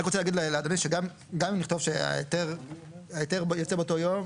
אני רק רוצה להגיד לאדוני שגם אם נכתוב שההיתר יוצא באותו יום,